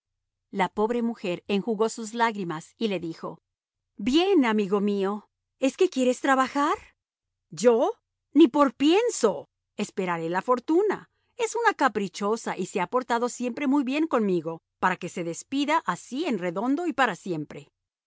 la pobre mujer enjugó sus lágrimas y le dijo bien amigo mío es que quieres trabajar yo ni por pienso esperaré la fortuna es una caprichosa y se ha portado siempre muy bien conmigo para que se despida así en redondo y para siempre